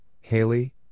Haley